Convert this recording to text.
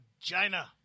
vagina